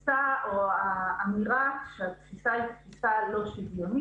גם אם את רואה בכל האספקטים האחרים שהבית הטוב מבחינת